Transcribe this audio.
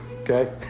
Okay